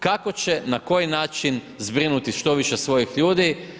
Kako će na koji način, zbrinuti što više svojih ljudi.